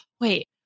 wait